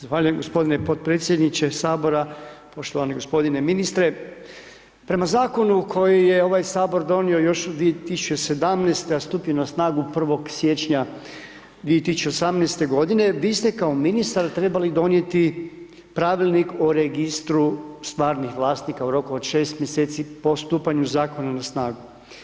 Zahvaljujem gospodine podpredsjedniče sabora, poštovani gospodine ministre, prema zakonu koji je ovaj sabor donio još 2017., a stupio na snagu 1. siječnja 2018. godine vi ste kao ministar trebali donijeti Pravilnik o registru stvarnih vlasnika u roku od 6 mjeseci po stupanju zakona na snagu.